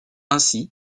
ainsi